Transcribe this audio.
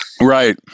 right